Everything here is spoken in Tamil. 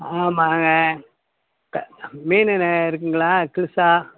ஆமாம்ங்க மீன் இருக்குங்களா கில்ஸா